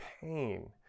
pain